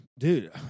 Dude